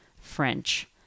French